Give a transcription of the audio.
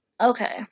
Okay